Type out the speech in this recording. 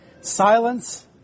Silence